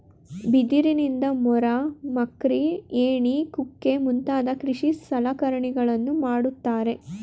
ಬಿದಿರಿನಿಂದ ಮೊರ, ಮಕ್ರಿ, ಏಣಿ ಕುಕ್ಕೆ ಮುಂತಾದ ಕೃಷಿ ಸಲಕರಣೆಗಳನ್ನು ಮಾಡುತ್ತಾರೆ